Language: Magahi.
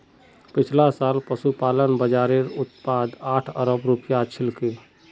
पिछला साल पशुपालन बाज़ारेर उत्पाद आठ अरब रूपया छिलकी